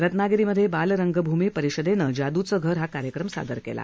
रत्नागिरीत बालरंगभूमी परिषदेने जाद्रचं घर हा कार्यक्रम सादर केला